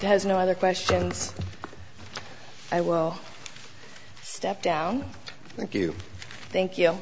has no other questions i will step down thank you thank you